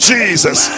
Jesus